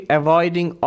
avoiding